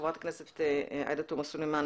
חברת הכנסת עאידה תומא סלימאן,